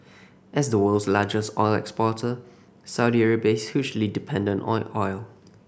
as the world's largest oil exporter Saudi Arabia is hugely dependent on oil